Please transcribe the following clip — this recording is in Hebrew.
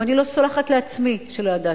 גם אני לא סולחת לעצמי שלא ידעתי.